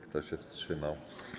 Kto się wstrzymał?